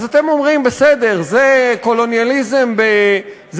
אז אתם אומרים: בסדר, זה קולוניאליזם באפריקה.